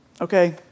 Okay